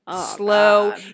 slow